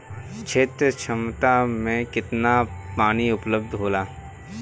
क्षेत्र क्षमता में केतना पानी उपलब्ध होला?